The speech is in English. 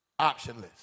optionless